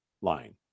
line